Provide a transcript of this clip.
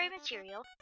material